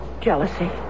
Jealousy